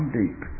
deep